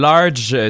Large